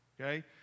okay